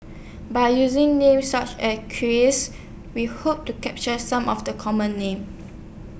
By using Names such as Chris We Hope to capture Some of The Common Names